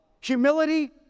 humility